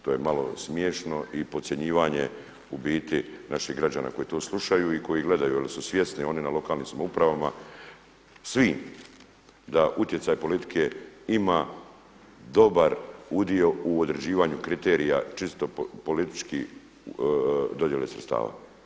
To je malo smiješno i podcjenjivanje u biti naših građana koji to slušaju i koji gledaju jer su svjesni oni na lokalnim samoupravama svim da utjecaj politike ima dobar udio u određivanju kriterija čisto politički dodjele sredstava.